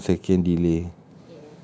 one second delay